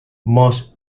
most